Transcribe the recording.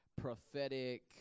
prophetic